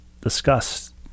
discussed